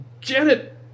Janet